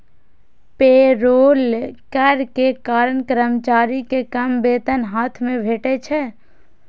payroll कर के कारण कर्मचारी कें कम वेतन हाथ मे भेटै छै